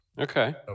Okay